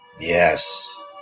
Yes